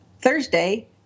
Thursday